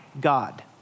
God